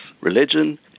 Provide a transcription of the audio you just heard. religion